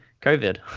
COVID